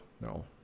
no